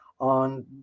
on